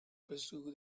pursue